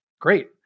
great